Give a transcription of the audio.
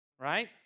right